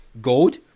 gold